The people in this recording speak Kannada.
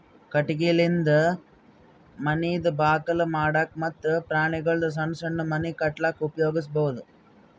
ಕಟಗಿಲಿಂದ ಮನಿದ್ ಬಾಕಲ್ ಮಾಡಕ್ಕ ಮತ್ತ್ ಪ್ರಾಣಿಗೊಳ್ದು ಸಣ್ಣ್ ಸಣ್ಣ್ ಮನಿ ಕಟ್ಟಕ್ಕ್ ಉಪಯೋಗಿಸಬಹುದು